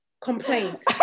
complaint